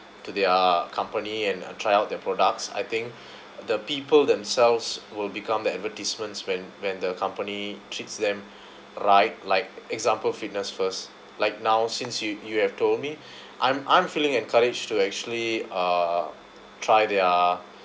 to their company and try out their products I think the people themselves will become the advertisements when when the company treats them right like example Fitness First like now since you you have told me I'm I'm feeling encouraged to actually uh try their